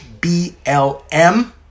blm